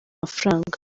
amafaranga